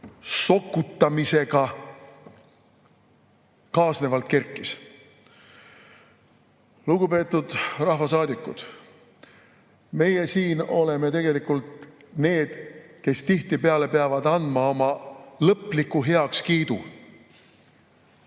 sokutamisega kaasnevalt esile kerkis. Lugupeetud rahvasaadikud! Meie siin oleme tegelikult need, kes tihtipeale peavad andma oma lõpliku heakskiidu